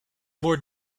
more